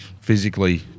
physically